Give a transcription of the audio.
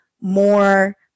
more –